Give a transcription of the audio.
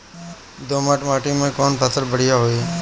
दोमट माटी में कौन फसल बढ़ीया होई?